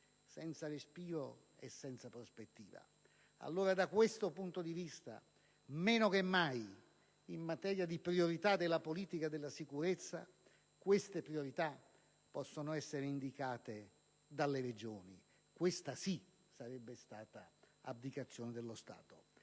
senza respiro e senza prospettiva. Da questo punto di vista, in materia di priorità della politica della sicurezza, meno che mai tali priorità possono essere indicate dalle Regioni: questa sì sarebbe stata abdicazione dello Stato.